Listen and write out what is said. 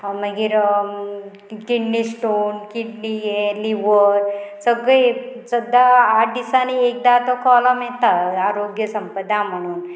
मागीर kidney stone kidney हे liver सगळे सद्दां आठ दिसांनी एकदां तो कॉलम येता आरोग्य संपदा म्हणून